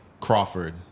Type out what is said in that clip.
Crawford